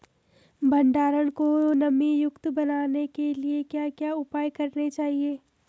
भंडारण को नमी युक्त बनाने के लिए क्या क्या उपाय करने चाहिए?